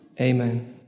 Amen